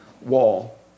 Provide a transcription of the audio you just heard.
wall